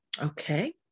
Okay